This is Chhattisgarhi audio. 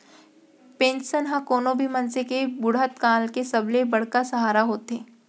पेंसन ह कोनो भी मनसे के बुड़हत काल के सबले बड़का सहारा होथे